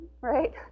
right